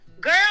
girl